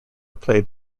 played